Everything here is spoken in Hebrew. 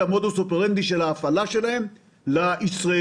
המודוס אופרנדי של ההפעלה שלהם לישראלים.